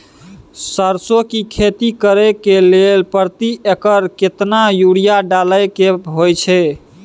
सरसो की खेती करे के लिये प्रति एकर केतना यूरिया डालय के होय हय?